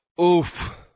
Oof